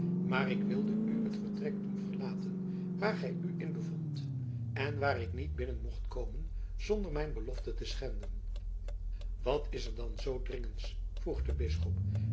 maar ik wilde u het vertrek doen verlaten waar gij u in bevondt en waar ik niet binnen mocht komen zonder mijn belofte te schenden wat is er dan zoo dringends vroeg de bisschop